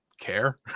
care